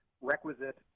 requisite